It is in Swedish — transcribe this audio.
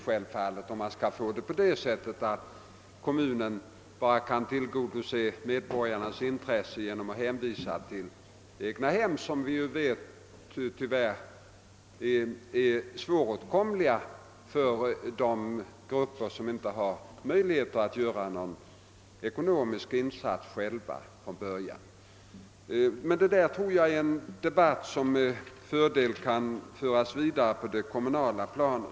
Självfallet är det olyckligt om kommunerna bara kan tillgodose medborgarnas efterfrågan på bostäder genom att hänvisa till egnahem, eftersom vi vet att sådana bostäder tyvärr är svåråtkomliga för sådana grupper som inte har möjligheter att själva göra en ekonomisk insats. Jag tror emellertid som sagt att denna debatt med fördel kan föras vidare på det kommunala planet.